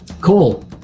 Cool